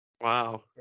Wow